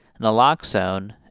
naloxone